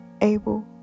Able